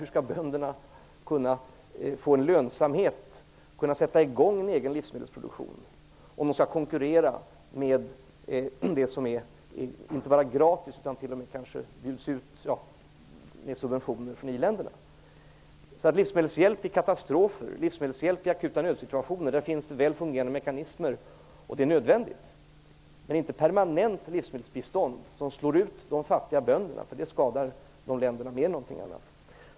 Hur skall bönderna kunna få en lönsamhet och kunna sätta igång en egen livsmedelsproduktion om de skall konkurrera med det som inte bara är gratis utan kanske t.o.m. bjuds ut med subventioner från i-länderna? För livsmedelshjälp i katastrofer och i akuta nödsituationer finns det väl fungerande mekanismer. Det är nödvändigt. Men det skall inte vara något permanent livsmedelsbistånd som slår ut de fattiga bönderna. Det skadar dessa länder mer än någonting annat.